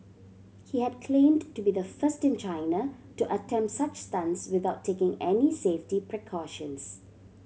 he had claimed to be the first in China to attempt such stunts without taking any safety precautions